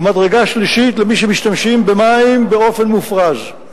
ומדרגה שלישית, למי שמשתמשים במים באופן מופרז.